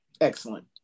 excellent